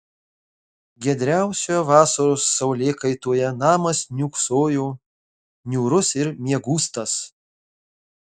giedriausioje vasaros saulėkaitoje namas niūksojo niūrus ir miegūstas